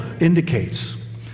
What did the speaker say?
indicates